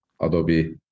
adobe